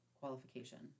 qualification